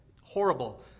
Horrible